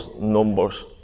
numbers